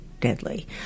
deadly